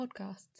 podcasts